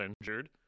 injured